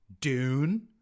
Dune